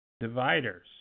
dividers